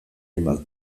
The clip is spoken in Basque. hainbat